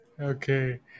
Okay